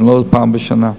זה לא פעם בשנה.